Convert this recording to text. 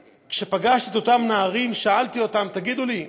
כשפגשתי את אותם נערים שאלתי אותם: תגידו לי,